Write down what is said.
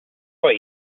what